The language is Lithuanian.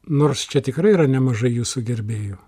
nors čia tikrai yra nemažai jūsų gerbėjų